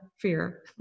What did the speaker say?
fear